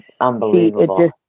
unbelievable